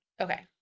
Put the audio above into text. Okay